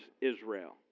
Israel